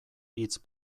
hitz